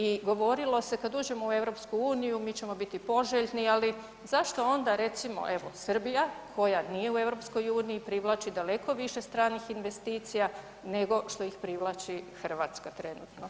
I govorilo se kad uđemo u EU mi ćemo biti poželjni, ali zašto onda recimo evo Srbija koja nije u EU privlači daleko više stranih investicija nego što ih privlači Hrvatska trenutno.